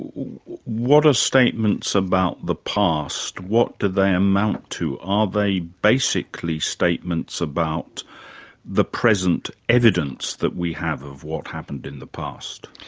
what are statements about the past? what do they amount to? are they basically statements about the present evidence that we have of what happened in the past?